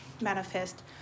manifest